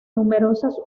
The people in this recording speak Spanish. numerosas